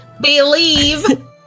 believe